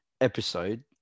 episode